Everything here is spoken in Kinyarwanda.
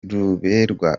ruberwa